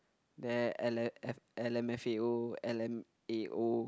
then l_m_f_a_o l_m_a_o